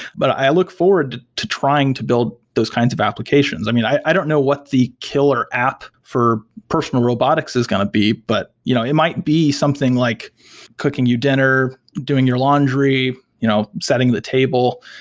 but i look forward to trying to build those kinds of applications. i mean, i don't know what the killer app for personal robotics is going to be, but you know it might be something like cooking you dinner, doing your laundry, you know setting the table,